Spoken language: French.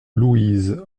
louise